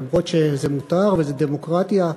אף שזה מותר וזה דמוקרטיה,